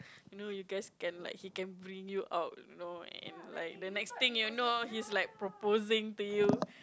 no you guys can like he can bring you out you know and like the next thing you know he's like proposing to you